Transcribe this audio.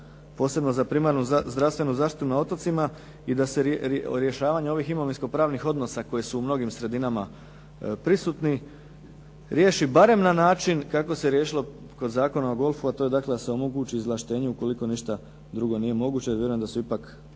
posebno za primarnu zdravstvenu zaštitu na otocima i da se rješavanje ovih imovinsko-pravnih odnosa koji su u mnogim sredinama prisutni riješi barem na način kako se riješilo kod Zakona o golfu, a to je dakle da se omogući izvlaštenje ukoliko ništa drugo nije moguće